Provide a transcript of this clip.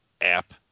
app